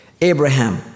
Abraham